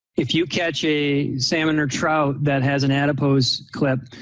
if you catch a salmon or trout that has an adipose clip,